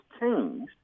changed